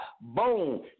Boom